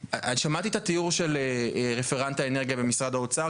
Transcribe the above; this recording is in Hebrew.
שמעתי את התיאור של רפרנט האנרגיה במשרד האוצר.